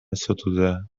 ستوده